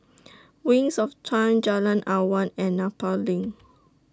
Wings of Time Jalan Awan and Nepal LINK